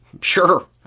Sure